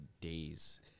days